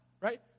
right